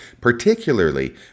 particularly